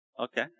Okay